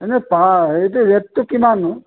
এনে পা এইটো ৰেটটো কিমাননো